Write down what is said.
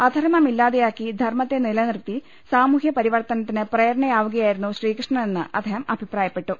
അധർമ്മം ഇല്ലാതെയാക്കി ധർമ്മത്തെ നിലനിർത്തി സാമൂഹൃ പരി വർത്തനത്തിന് പ്രേരണയാവുകായിയിരുന്നു ശ്രീകൃഷ്ണനെന്ന് അദ്ദേഹം അഭിപ്രായപ്പെട്ടു